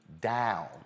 down